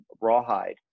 Rawhide